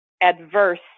adverse